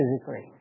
physically